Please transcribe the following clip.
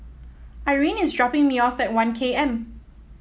Irene is dropping me off at One K M